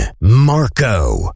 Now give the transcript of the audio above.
Marco